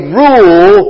rule